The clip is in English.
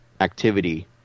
activity